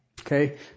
okay